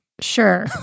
Sure